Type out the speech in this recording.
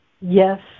yes